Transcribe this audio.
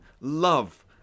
love